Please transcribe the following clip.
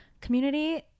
community